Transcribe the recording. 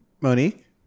Monique